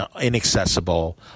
inaccessible